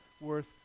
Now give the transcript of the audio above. worth